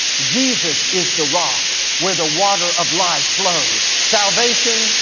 jesus is the rock where the water of life flows. salvation,